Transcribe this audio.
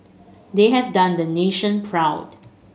they have done the nation proud